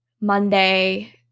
Monday